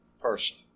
person